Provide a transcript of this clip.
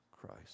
Christ